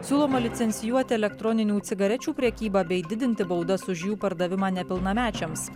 siūloma licencijuoti elektroninių cigarečių prekybą bei didinti baudas už jų pardavimą nepilnamečiams